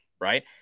right